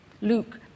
Luke